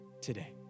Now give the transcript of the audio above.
today